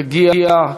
תגיע.